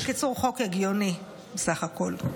בקיצור, חוק הגיוני בסך הכול.